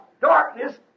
darkness